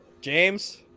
James